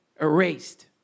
erased